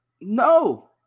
No